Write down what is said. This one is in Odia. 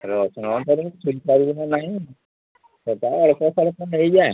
ରସୁଣ ଦର ଛୁଇଁ ପାରିବୁନା ନାହିଁ ସେଟା ଅଳ୍ପ ସଳ୍ପ ନେଇଯା